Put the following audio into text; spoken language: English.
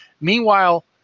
Meanwhile